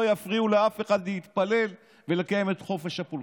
יפריעו לאף אחד להתפלל ולקיים את חופש הפולחן.